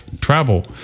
travel